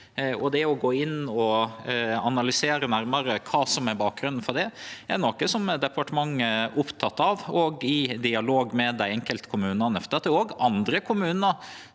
Å gå inn og analysere nærmare kva som er bakgrunnen for det, er noko departementet er oppteke av – òg i dialog med dei enkelte kommunane. Det er òg andre kommunar